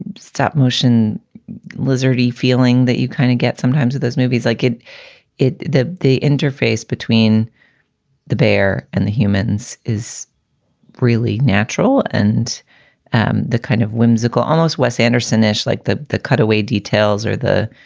and stop motion lizard feeling that you kind of get sometimes with those movies. i get it. the the interface between the bear and the humans is really natural and and the kind of whimsical, almost wes anderson ish like the the cutaway details or the